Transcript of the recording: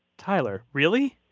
tyler, really?